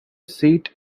seat